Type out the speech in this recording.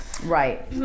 Right